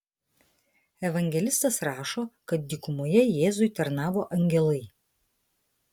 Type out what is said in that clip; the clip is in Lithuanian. evangelistas rašo kad dykumoje jėzui tarnavo angelai